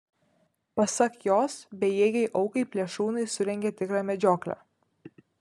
pasak jos bejėgei aukai plėšrūnai surengė tikrą medžioklę